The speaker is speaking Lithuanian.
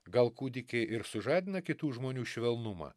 gal kūdikiai ir sužadina kitų žmonių švelnumą